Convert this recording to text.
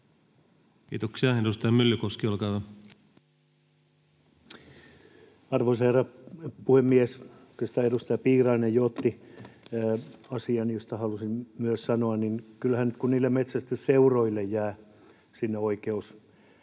Kiitoksia. — Edustaja Myllykoski, olkaa hyvä. Arvoisa herra puhemies! Oikeastaan edustaja Piirainen jo otti esille asian, josta halusin myös sanoa. Kyllähän nyt, kun niille metsästysseuroille jää sinne oikeus